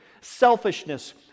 selfishness